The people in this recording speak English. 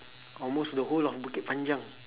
almost the whole of bukit panjang